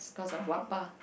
cause of Wappa